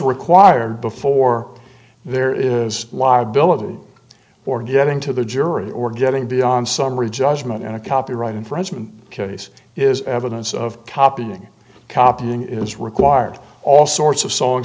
required before there is liability for getting to the jury or getting beyond summary judgment in a copyright infringement case is evidence of copying copying is required all sorts of song